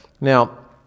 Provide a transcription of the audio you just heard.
Now